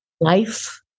Life